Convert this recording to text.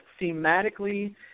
thematically